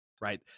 Right